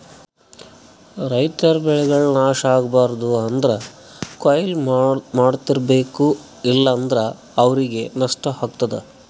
ರೈತರ್ ಬೆಳೆಗಳ್ ನಾಶ್ ಆಗ್ಬಾರ್ದು ಅಂದ್ರ ಕೊಯ್ಲಿ ಮಾಡ್ತಿರ್ಬೇಕು ಇಲ್ಲಂದ್ರ ಅವ್ರಿಗ್ ನಷ್ಟ ಆಗ್ತದಾ